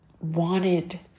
wanted